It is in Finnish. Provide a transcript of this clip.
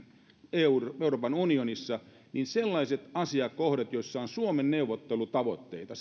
euroopan euroopan unionissa niin sellaiset asiakohdat sellaiset asiakirjat joissa on suomen neuvottelutavoitteita